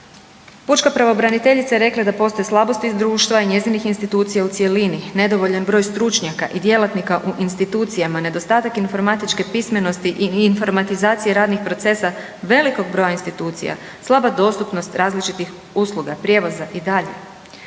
Pučka pravobraniteljica je rekla da postoje slabosti društva i njezinih institucija u cjelini, nedovoljan broj stručnjaka i djelatnika u institucijama, nedostatak informatičke pismenosti i informatizacije radnih procesa velikog broja institucija, slaba dostupnost različitih usluga, prijevoza i dalje,